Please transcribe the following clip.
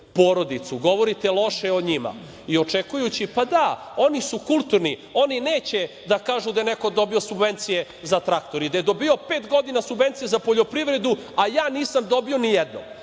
porodicu, govorite loše o njima i očekujući – pa da, oni su kulturni, oni neće da kažu da je neko dobio subvencije za traktor i da je dobijao pet godina subvencije za poljoprivredu, a ja nisam dobio nijednom.